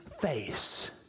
face